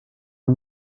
yng